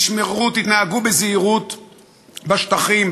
תתנהגו בזהירות בשטחים,